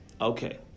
Okay